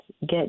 get